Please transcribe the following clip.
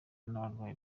n’abarwaye